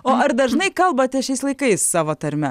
o ar dažnai kalbate šiais laikais savo tarme